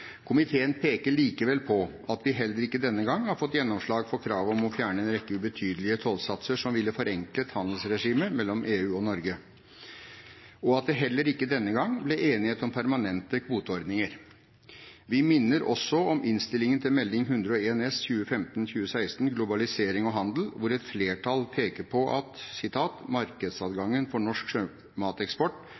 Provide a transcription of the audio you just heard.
Komiteen peker likevel på at vi heller ikke denne gang har fått gjennomslag for kravet om å fjerne en rekke ubetydelige tollsatser som ville forenklet handelsregimet mellom EU og Norge, og at det heller ikke denne gang ble enighet om permanente kvoteordninger. Vi minner også om Innst. 101 S for 2015–2016 til stortingsmeldingen «Globalisering og handel», hvor et flertall peker på at markedsadgangen for norsk sjømateksport